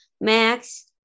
Max